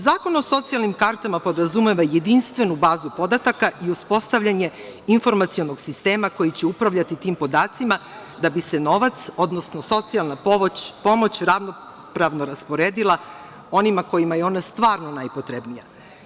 Zakon o socijalnim kartama podrazumeva jedinstvenu bazu podataka i uspostavljanje informacionog sistema koji će upravljati tim podacima da bi se novac, odnosno socijalna pomoć ravnopravno rasporedila onima kojima je ona stvarno najpotrebnija.